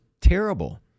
terrible